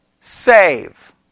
save